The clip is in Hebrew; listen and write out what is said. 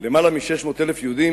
יותר מ-600,000 יהודים,